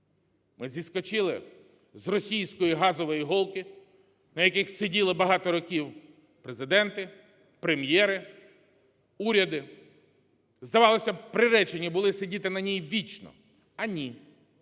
Ми зіскочили з російської "газової голки", на якій сиділи багато років президенти, прем'єри, уряди. Здавалось би, приречені були сидіти на ній вічно, а ні: